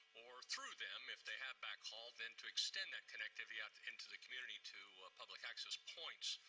or through them, if they have back halls, then to extend that connectivity out into the community to public access points